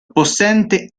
possente